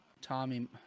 Tommy